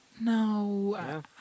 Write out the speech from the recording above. No